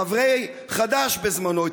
חברי חד"ש בזמנו.